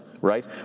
right